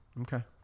Okay